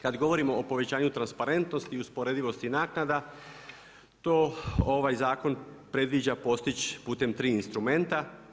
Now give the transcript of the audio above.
Kad govorimo o povećanju transparentnosti i usporedivosti naknada to ovaj zakon predviđa postići putem tri instrumenta.